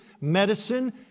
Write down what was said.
Medicine